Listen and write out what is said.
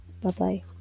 Bye-bye